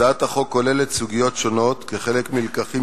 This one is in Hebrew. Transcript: הצעת החוק כוללת סוגיות שונות כחלק מלקחים